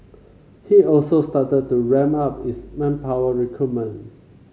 he also started to ramp up its manpower recruitment